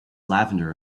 lavender